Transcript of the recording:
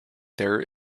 there